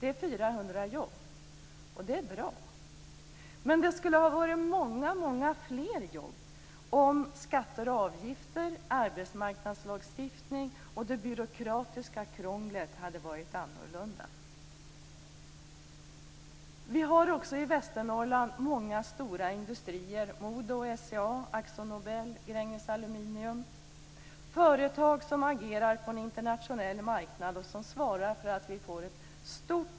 Det är 400 jobb, och det är bra. Men det skulle ha varit många fler jobb om skatter och avgifter, arbetsmarknadslagstiftning och det byråkratiska krånglet hade varit annorlunda.